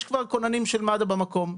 יש כבר כוננים של מד"א במקום,